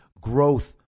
growth